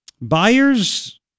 Buyers